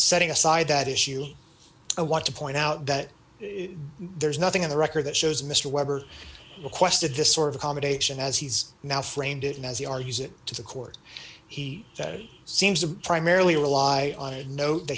setting aside that issue i want to point out that there's nothing in the record that shows mr weber requested this sort of accommodation as he's now framed it as they are use it to the court he seems to primarily rely on a note that